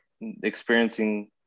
experiencing